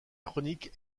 chroniques